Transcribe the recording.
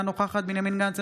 אינה נוכחת בנימין גנץ,